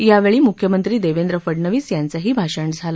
यावेळी मुख्यमंत्री देवेंद्र फडनवीस यांचंही भाषण झालं